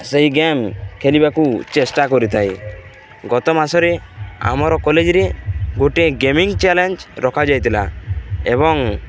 ସେହି ଗେମ୍ ଖେଳିବାକୁ ଚେଷ୍ଟା କରିଥାଏ ଗତ ମାସରେ ଆମର କଲେଜରେ ଗୋଟେ ଗେମିଙ୍ଗ ଚ୍ୟାଲେଞ୍ଜ ରଖାଯାଇଥିଲା ଏବଂ